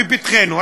לפתחנו,